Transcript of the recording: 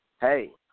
hey